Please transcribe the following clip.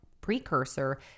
precursor